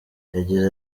yagize